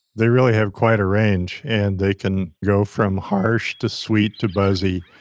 they really have quite a range, and they can go from harsh, to sweet, to buzzy,